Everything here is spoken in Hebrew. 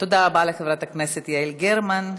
תודה לחברת הכנסת יעל גרמן.